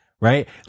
Right